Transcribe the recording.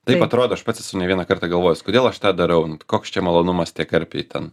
taip atrodo aš pats esu ne vieną kartą galvojęs kodėl aš tą darau koks čia malonumas tie karpiai ten